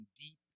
deep